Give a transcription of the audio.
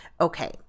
Okay